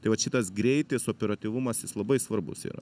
tai vat šitas greitis operatyvumas jis labai svarbus yra